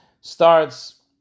starts